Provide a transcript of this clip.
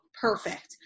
perfect